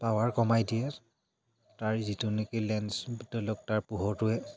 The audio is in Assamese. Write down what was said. পাৱাৰ কমাই দিয়ে তাৰ যিটো নেকি লেন্স ধৰি লওক তাৰ পোহৰটোৱে